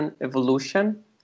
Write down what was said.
evolution